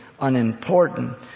unimportant